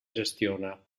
gestiona